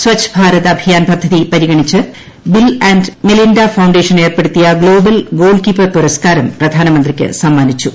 സച്ഛ് ഭാരത് അഭിയാൻ പദ്ധതി പരിഗണിച്ച് Bill and Melinda Foundation ഏർപ്പെടുത്തിയ ഗ്ലോബൽ ഗോൾ കീപ്പർക്കുളസ്കാരം പ്രധാനമന്ത്രിക്ക് സമ്മാനിച്ചു